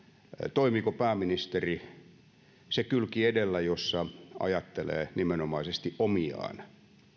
toimiiko pääministeri se kylki edellä jossa ajattelee nimenomaisesti omiaan